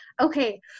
okay